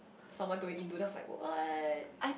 someone told me indo then I was like what